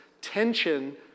tension